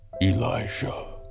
Elijah